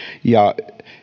ja